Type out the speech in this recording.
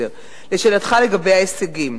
לשאלתך לגבי ההישגים,